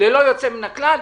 ללא יוצא מן הכלל,